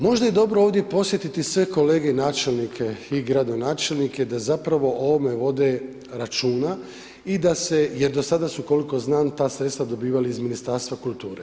Možda je dobro ovdje podsjetiti sve kolege načelnike i gradonačelnike da zapravo o ovome vode računa i da se, jer do sada su koliko znam ta sredstva dobivali iz Ministarstva kulture.